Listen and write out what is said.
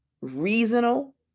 reasonable